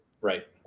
right